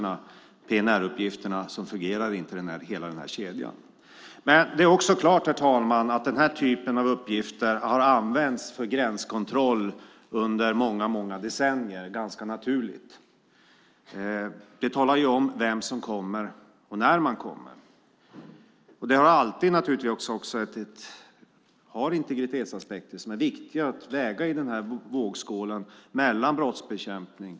Utan PNR-uppgifterna fungerar inte denna kedja. Det är dock också klart, herr talman, att denna typ av uppgifter har använts för gränskontroll under många decennier. Det är ganska naturligt; uppgifterna talar ju om vem som kommer och när man kommer. Det har naturligtvis alltid funnits integritetsaspekter som är viktiga att väga mot brottsbekämpning.